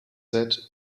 set